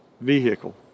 vehicle